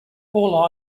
all